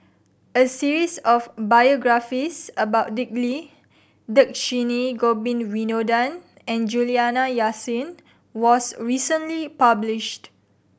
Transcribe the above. a series of biographies about Dick Lee Dhershini Govin Winodan and Juliana Yasin was recently published